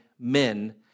men